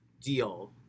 deal